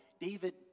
David